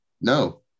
No